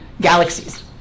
galaxies